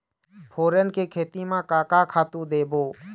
फोरन के खेती म का का खातू देबो?